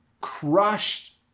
crushed